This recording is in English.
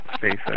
face